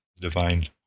divine